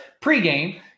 pregame